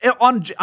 on